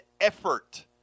effort